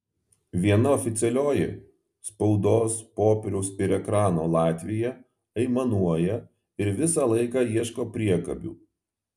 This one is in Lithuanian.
viena oficialioji spaudos popieriaus ir ekrano latvija aimanuoja ir visą laiką ieško priekabių